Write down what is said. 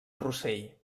rossell